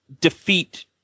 defeat